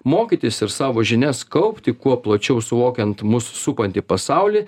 mokytis ir savo žinias kaupti kuo plačiau suvokiant mus supantį pasaulį